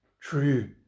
true